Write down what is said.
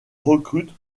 recrute